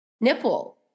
nipple